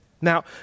Now